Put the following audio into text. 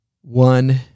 one